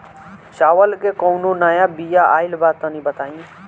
चावल के कउनो नया बिया आइल बा तनि बताइ?